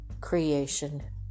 creation